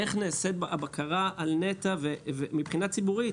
איך נעשית הבקרה על נת"ע מבחינה ציבורית,